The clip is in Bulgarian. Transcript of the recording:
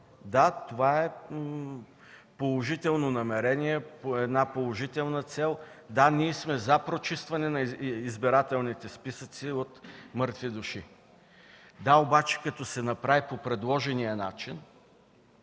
Да, това е положително намерение по една положителна цел. Да, ние сме за прочистване на избирателните списъци от мъртви души. Когато обаче се направи по предложения начин,